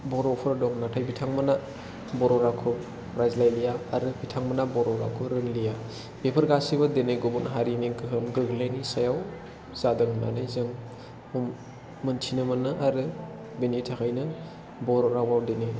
बर'फोर दं नाथाय बिथांमोना बर' रावखौ राज्लायलिया आरो बिथांमोना बर' रावखौ रोंलिया बेफोर गासैबो दिनै गुबुन हारिनि गोहोम गोग्लैनायानि सायाव जादों होननानै जों मोनथिनो मोनो आरो बेनि थाखायनो बर' रावआव दिनै